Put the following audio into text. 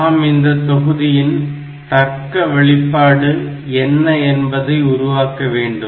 நாம் இந்த தொகுதியின் தர்க்க வெளிப்பாடு என்ன என்பதை உருவாக்க வேண்டும்